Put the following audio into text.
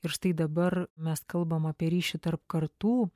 ir štai dabar mes kalbam apie ryšį tarp kartų